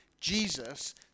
Jesus